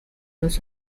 los